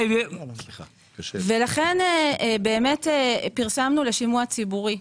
ולכן פרסמנו לשימוע ציבורי.